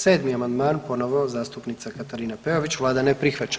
7. amandman, ponovo zastupnica Katarina Peović, vlada ne prihvaća.